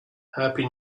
happy